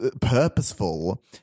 purposeful